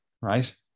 right